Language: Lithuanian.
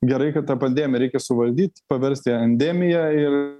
gerai kad tą pandemiją reikia suvaldyt paverst į endemiją ir